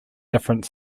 different